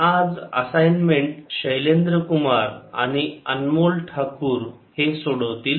आज असाइनमेंट शैलेंद्र कुमार आणि अनमोल ठाकूर हे सोडवतील